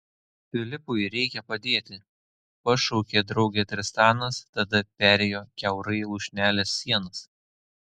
filipui reikia padėti pašaukė draugę tristanas tada perėjo kiaurai lūšnelės sienas